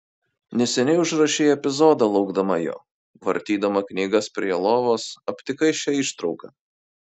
neseniai užrašei epizodą laukdama jo vartydama knygas prie jo lovos aptikai šią ištrauką